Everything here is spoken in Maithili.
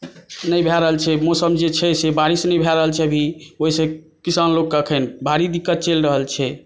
नहि भए रहल छै मौसम जे छै बारिश नहि भए रहल छै अभी ओहिसे किसान लोककेँ अखन भारी दिक्कत चलि रहल छै